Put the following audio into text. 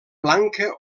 blanca